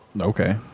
Okay